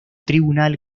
tribunal